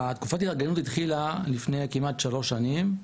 תקופת ההתארגנות התחילה לפני כמעט שלוש שנים,